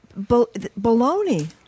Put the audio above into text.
baloney